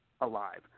alive